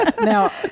Now